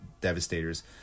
Devastators